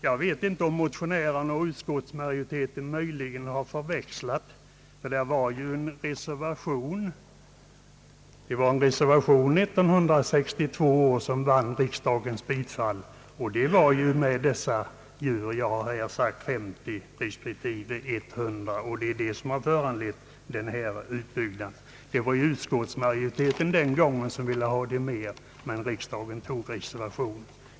Jag vet inte om motionärerna och utskottsmajoriteten möjligen har gjort en förväxling, ty det var en reservation som 1962 vann riksdagens bifall, och den förutsåg det antal djur som jag nämnt, nämligen 50 respektive 100. Det är detta som föranlett denna utbyggnad. Det var utskottsmajoriteten som den gången ville ha ett större antal, men riksdagen antog reservationen.